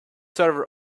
server